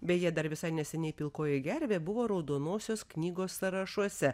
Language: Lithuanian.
beje dar visai neseniai pilkoji gervė buvo raudonosios knygos sąrašuose